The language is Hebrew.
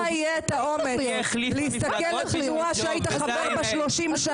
כשלך יהיה את האומץ להסתכל --- היא החליפה מפלגות בשביל ג'וב.